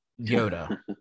Yoda